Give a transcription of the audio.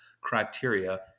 criteria